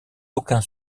aucun